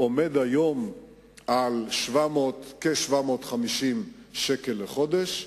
הוא עומד היום על כ-750 שקל בחודש,